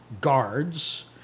guards